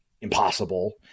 impossible